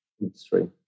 industry